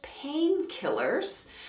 painkillers